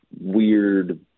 weird